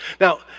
Now